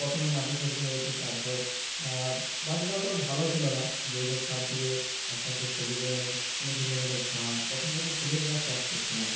প্রথমে মাটি ফেলতে হয়েছে তারপর মাটিটা অতোটা ভালো ছিলো না জৈব সার দিয়ে আস্তে আস্তে সবুজায়নের মানে ভিন্ন ভিন্ন ঘাস প্রথম প্রথম ফুলের গাছ চাষ করছিলাম